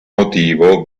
motivo